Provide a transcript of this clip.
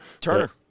Turner